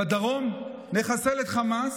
בדרום, נחסל את חמאס,